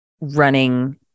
running